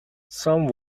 some